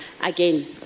again